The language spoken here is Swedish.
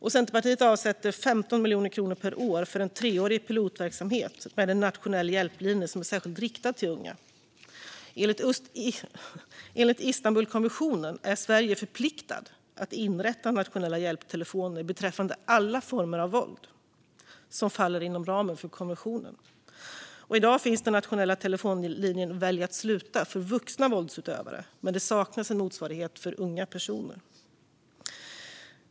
Centerpartiet avsätter 15 miljoner kronor per år för en treårig pilotverksamhet med en nationell hjälplinje som är särskilt riktad till unga. Enligt Istanbulkonventionen är Sverige förpliktat att inrätta nationella hjälptelefoner beträffande alla former av våld som faller inom ramen för konventionen. I dag finns den nationella telefonlinjen Välj att sluta för vuxna våldsutövare, men det saknas en motsvarighet för unga personer.